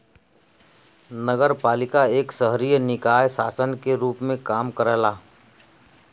नगरपालिका एक शहरी निकाय शासन के रूप में काम करला